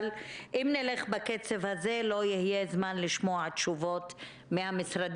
אבל אם נלך בקצב הזה לא יהיה זמן לשמוע תשובות מהמשרדים,